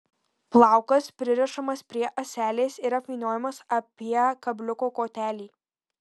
plaukas pririšamas prie ąselės ir apvyniojamas apie kabliuko kotelį